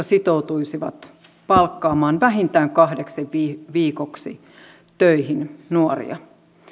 sitoutuisivat palkkaamaan vähintään kahdeksi viikoksi töihin nuoria